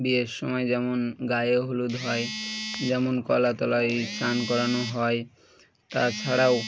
বিয়ের সময় যেমন গায়ে হলুদ হয় যেমন কলা তলায় চান করানো হয় তাছাড়াও